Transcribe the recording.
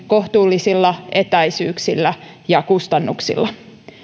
kohtuullisilla etäisyyksillä ja kustannuksilla